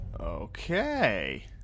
okay